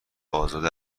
ازاده